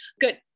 Good